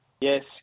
Yes